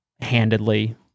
handedly